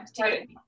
right